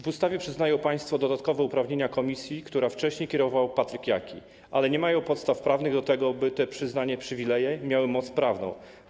W ustawie przyznają państwo dodatkowe uprawnienia komisji, którą wcześniej kierował Patryk Jaki, ale nie ma podstaw prawnych do tego, by te przyznane przywileje miały moc prawną.